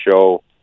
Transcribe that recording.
show